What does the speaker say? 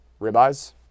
Ribeyes